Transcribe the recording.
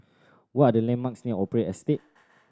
what are the landmarks near Opera Estate